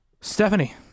Stephanie